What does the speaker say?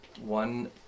One